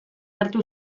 hartu